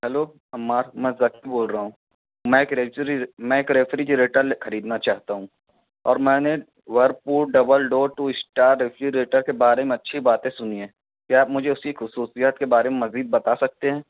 hello Ammar میں ذکی بول رہا ہوں میں میں ایک ریفریجریٹر خریدنا چاہتا ہوں اور میں نے Whirlpool double door two star refrigerator کے بارے میں اچھی باتیں سنی ہیں کیا آپ مجھے اس کی خصوصیت کے بارے میں مذید بتا سکتے ہیں